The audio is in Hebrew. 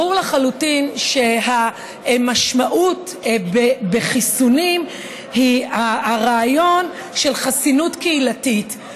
ברור לחלוטין שהמשמעות של חיסונים היא הרעיון של חסינות קהילתית.